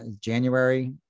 January